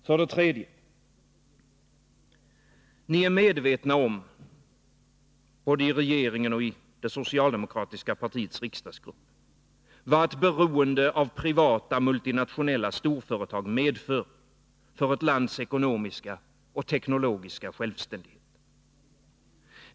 För det tredje: Ni är medvetna om, både i regeringen och i det socialdemokratiska partiets riksdagsgrupp, vad ett beroende av privata multinationella storföretag medför för ett lands ekonomiska och teknologiska självständighet.